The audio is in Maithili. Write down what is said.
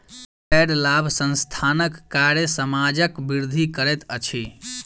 गैर लाभ संस्थानक कार्य समाजक वृद्धि करैत अछि